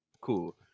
Cool